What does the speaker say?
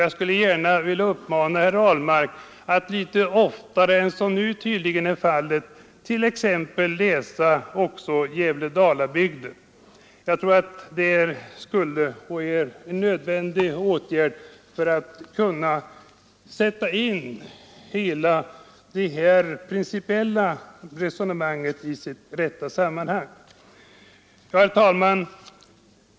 Jag skulle gärna vilja uppmana herr Ahlmark att litet oftare än som nu tydligen är fallet läsa t.ex. Gävle-Dalabygden. Det är nog nödvändigt för att herr Ahlmark skall kunna sätta in det här principiella resonemanget i dess rätta sammanhang. Herr talman!